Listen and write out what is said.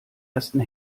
ersten